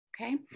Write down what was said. okay